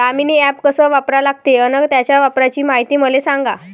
Damini app कस वापरा लागते? अन त्याच्या वापराची मायती मले सांगा